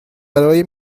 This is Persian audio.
برای